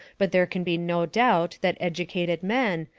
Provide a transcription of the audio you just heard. but there can be no doubt that educated men,